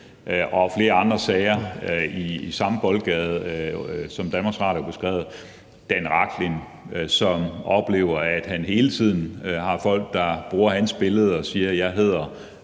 og flere andre sager i samme boldgade, som Danmarks Radio har beskrevet, f.eks. den om Dan Rachlin, som oplever, at der hele tiden er folk, der bruger hans billede og siger, at de hedder